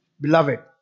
beloved